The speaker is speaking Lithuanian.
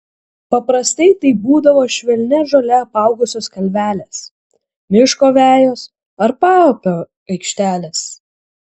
paprastai tai būdavo švelnia žole apaugusios kalvelės miško vejos ar paupio aikštelės